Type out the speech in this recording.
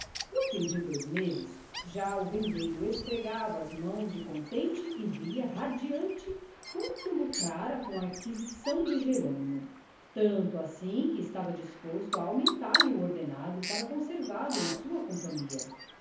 no fim de dois meses já o vendeiro esfregava as mãos de contente e via radiante quanto lucrara com a aquisição de jerônimo tanto assim que estava disposto a aumentar lhe o ordenado para conservá-lo em sua companhia